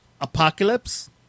Apocalypse